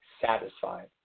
satisfied